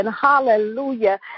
hallelujah